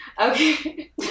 Okay